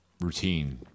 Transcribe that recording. routine